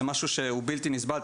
זה משהו שהוא בלתי נסבל,